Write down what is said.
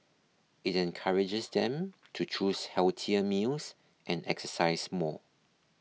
it encourages them to choose healthier meals and exercise more